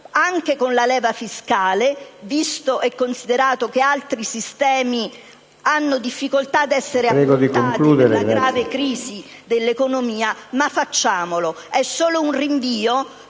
anche con la leva fiscale, visto e considerato che altri sistemi hanno difficoltà ad essere approntati a causa della grave crisi dell'economia, ma facciamolo. Lo prendo